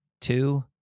Two